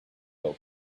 old